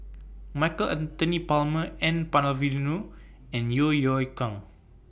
Michael Anthony Palmer N Palanivelu and Yeo Yeow Kwang